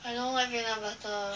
I don't like peanut butter